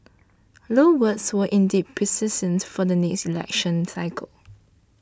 Low's words were indeed prescient for the next election cycle